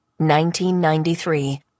1993